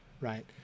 right